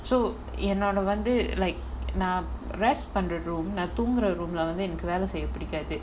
so என்னோட வந்து:ennoda vanthu like நா:naa brush பண்ற:pandra room நா தூங்குற:naa thoongura room leh வந்து எனக்கு வேல செய்ய பிடிக்காது:vanthu enakku vela seiya pidikaathu